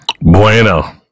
bueno